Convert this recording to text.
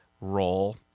role